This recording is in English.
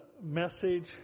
message